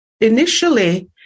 Initially